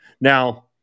Now